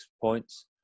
points